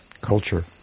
culture